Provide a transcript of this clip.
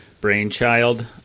brainchild